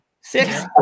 Six